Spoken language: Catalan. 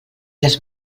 les